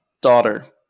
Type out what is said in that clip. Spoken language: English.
Daughter